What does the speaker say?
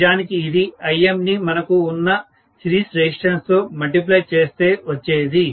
నిజానికి ఇది Im ని మనకు ఉన్న సిరీస్ రెసిస్టెన్స్ తో గుణించగా వచ్చేది